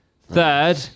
Third